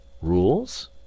Rules